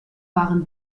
waren